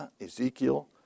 Ezekiel